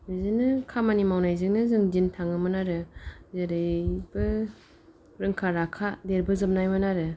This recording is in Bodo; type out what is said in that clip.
बिदिनो खामानि मावनायजोंनो जों दिन थाङोमोन आरो जेरैबो रोंखा राखा देरबोजोबनायमोन आरो